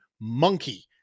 monkey